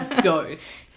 ghosts